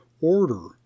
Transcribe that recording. order